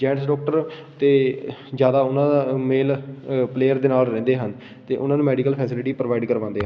gents doctor ਤਾਂ ਜ਼ਿਆਦਾ ਉਹਨਾਂ ਦਾ ਮੇਲ ਪਲੇਅਰ ਦੇ ਨਾਲ ਰਹਿੰਦੇ ਹਨ ਤੇ ਉਹਨਾਂ ਨੂੰ ਮੈਡੀਕਲ ਫੈਸਿਲਿਟੀ ਪ੍ਰੋਵਾਈਡ ਕਰਵਾਉਂਦੇ